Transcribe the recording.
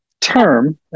term